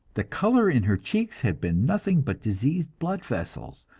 the color in her cheeks had been nothing but diseased blood vessels,